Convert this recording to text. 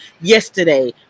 yesterday